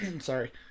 Sorry